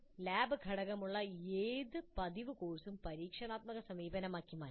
lab ഘടകമുള്ള ഏത് പതിവ് കോഴ്സും ഒരു പരീക്ഷണാത്മക സമീപനമാക്കി മാറ്റാം